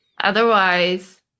Otherwise